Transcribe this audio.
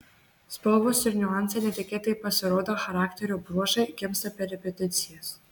spalvos ir niuansai netikėtai pasirodą charakterio bruožai gimsta per repeticijas